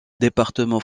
département